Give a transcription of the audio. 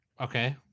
Okay